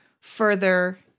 further